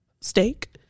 steak